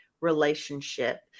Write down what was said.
relationship